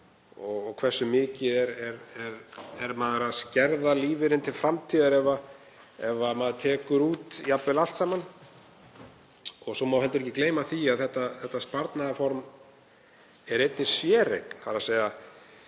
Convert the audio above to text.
og hversu mikið er maður að skerða lífeyrinn til framtíðar ef maður tekur jafnvel út allt saman? Svo má heldur ekki gleyma því að þetta sparnaðarform er einnig séreign þess sem